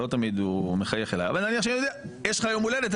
יש לך יום הולדת,